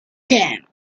came